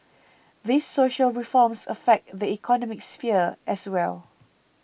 these social reforms affect the economic sphere as well